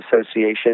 Association